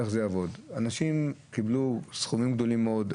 אנשים קיבלו דוחות בסכומים גדולים מאוד,